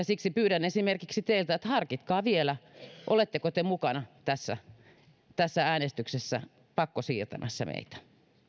siksi pyydän esimerkiksi teiltä että harkitkaa vielä oletteko te mukana tässä tässä äänestyksessä pakkosiirtämässä meitä